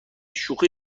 شوخی